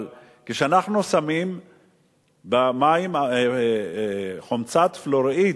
אבל כשאנחנו שמים במים חומצת פלואוריד,